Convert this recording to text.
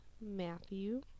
matthew